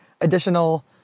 additional